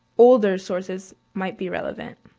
older sources might be relevant.